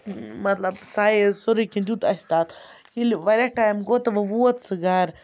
مطلب سایز سورُے کینٛہہ دیُت اَسہِ تَتھ ییٚلہِ واریاہ ٹایم گوٚو تہٕ وٕ ووت سُہ گَرٕ